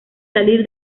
salir